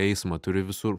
eismą turi visur